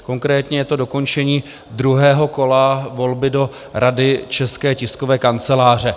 Konkrétně je to dokončení druhého kola volby do Rady České tiskové kanceláře.